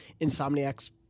Insomniacs